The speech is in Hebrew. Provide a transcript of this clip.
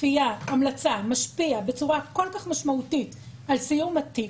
כפייה או המלצה משפיע בצורה כל כך משמעותית על סיום התיק,